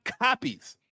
copies